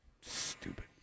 Stupid